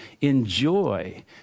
enjoy